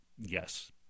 yes